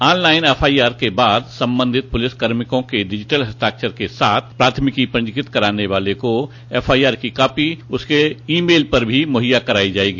on line FIR के बाद संबंधित प्रलिस कर्मिकों के डिजिटल हस्ताक्षर के साथ प्राथमिकी पंजीकृत कराने वाले को एफआईआर की कापी उसके ईमेल पर भी मुहैया कराई जायेगी